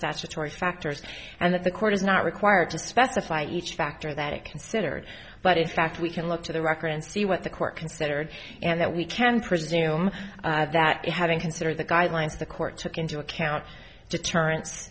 statutory factors and that the court is not required to specify each factor that it considered but in fact we can look to the record and see what the court considered and that we can presume that having considered the guidelines the court took into account deterren